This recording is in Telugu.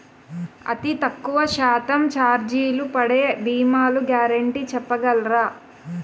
అతి తక్కువ శాతం ఛార్జీలు పడే భీమాలు గ్యారంటీ చెప్పగలరా?